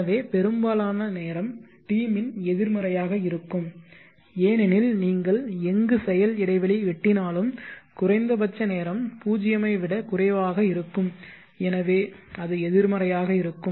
எனவே பெரும்பாலான நேரம் tmin எதிர்மறையாக இருக்கும் ஏனெனில் நீங்கள் எங்கு செயல் இடைவெளி வெட்டினாலும் குறைந்தபட்ச நேரம் 0 ஐ விட குறைவாக இருக்கும் எனவே அது எதிர்மறையாக இருக்கும்